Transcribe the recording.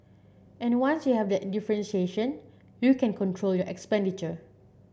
and once you have that differentiation you can control your expenditure